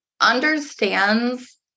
understands